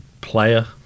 player